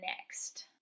next